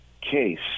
case